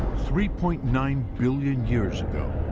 three-point-nine-billion years ago,